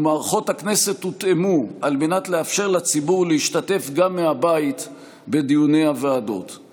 ומערכות הכנסת הותאמו כדי לאפשר לציבור להשתתף בדיוני הוועדות גם מהבית.